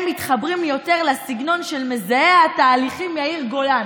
הם מתחברים יותר לסגנון של מזהה התהליכים יאיר גולן,